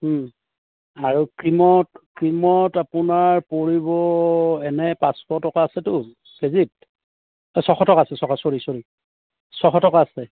আৰু ক্ৰীমত ক্ৰীমত আপোনাৰ পৰিব এনেই পাঁচশ টকা আছেতো কেজিত ছশ টকা আছে টকা ছৰি ছৰি ছশ টকা আছে